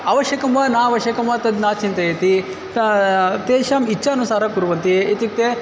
आवश्यकं वा नावश्यकं वा तद् न चिन्तयति त तेषाम् इच्छानुसारं कुर्वन्ति इत्युक्ते